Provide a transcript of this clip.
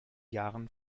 jahren